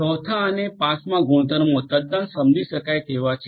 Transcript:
ચોથા અને પાંચમા ગુણધર્મો તદ્દન સમજી શકાય તેવા છે